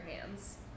hands